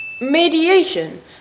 Mediation